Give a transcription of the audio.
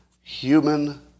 human